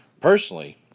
personally